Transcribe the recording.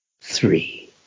three